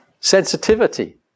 sensitivity